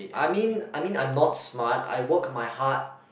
I mean I mean I'm not smart I worked my heart